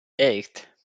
eight